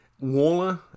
Waller